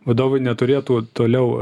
vadovai neturėtų toliau